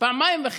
פעמיים וחצי,